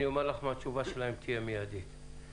אומר לך מה תהיה התשובה המידית שלהם.